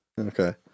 Okay